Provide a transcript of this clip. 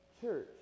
church